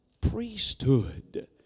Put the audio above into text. priesthood